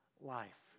life